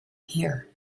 here